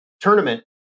tournament